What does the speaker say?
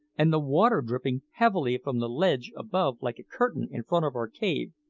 and the water dripping heavily from the ledge above like a curtain in front of our cave,